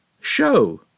show